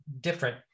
different